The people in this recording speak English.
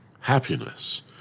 happiness